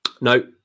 No